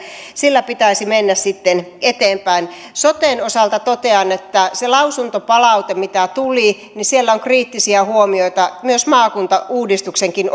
sillä pitäisi mennä sitten eteenpäin soten osalta totean että siinä lausuntopalautteessa mitä tuli on kriittisiä huomioita maakuntauudistuksenkin